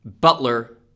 Butler